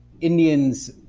Indians